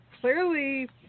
Clearly